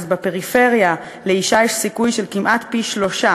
אז בפריפריה לאישה יש סיכוי של כמעט פי-שלושה